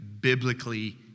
biblically